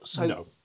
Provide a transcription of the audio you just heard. No